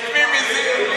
את מי ביזיתי?